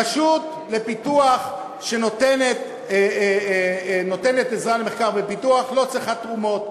רשות לפיתוח שנותנת עזרה למחקר ופיתוח לא צריכה תרומות,